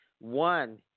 One